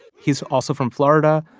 he's also from florida,